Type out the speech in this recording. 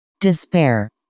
Despair